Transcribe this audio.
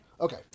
okay